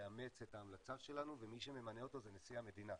תאמץ את ההמלצה שלנו ומי שממנה אותו זה נשיא המדינה.